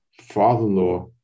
father-in-law